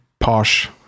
Posh